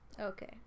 Okay